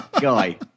Guy